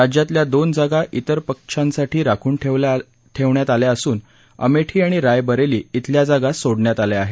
राज्यातल्या दोन जागा विर पक्षांसाठी राखून ठेवण्यात आल्या असून अमेठी आणि रायबरेली खेल्या जागा सोडण्यात आल्या आहेत